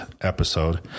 episode